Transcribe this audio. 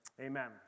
amen